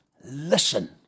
listen